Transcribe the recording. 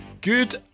good